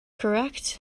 correct